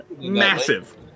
massive